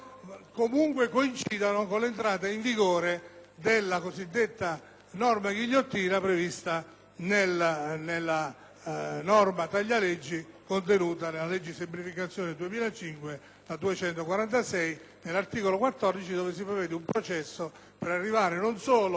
comunque coincidano con l'entrata in vigore della cosiddetta norma ghigliottina prevista nella disposizione taglia-leggi contenuta nella legge di semplificazione n. 246 del 2005, all'articolo 14, dove si prevede un processo per arrivare non solo - voglio